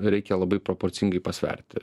reikia labai proporcingai pasverti